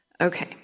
Okay